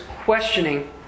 questioning